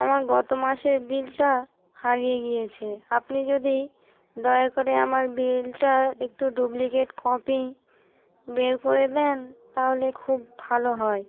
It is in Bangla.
আমার গত মাসের বিলটা হারিয়ে গিয়েছে আপনি যদি দয়া করে আমার বিলটা একটু ডুপ্লিকেট কপি বের করে দেন তাহলে খুব ভালো হয়